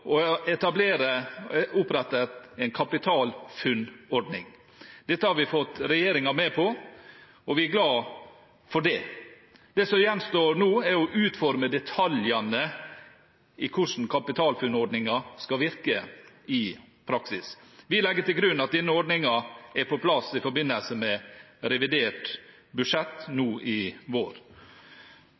å opprette en KapitalFUNN-ordning. Dette har vi fått regjeringen med på, og vi er glad for det. Det som gjenstår nå, er å utforme detaljene i hvordan KapitalFUNN-ordningen skal virke i praksis. Vi legger til grunn at denne ordningen er på plass i forbindelse med revidert budsjett nå i vår.